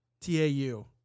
T-A-U